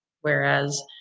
Whereas